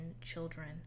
children